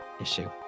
issue